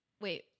Wait